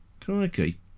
crikey